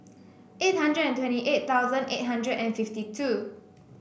eight hundred twenty eight thousand eight hundred and fifty two